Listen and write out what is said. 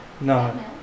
no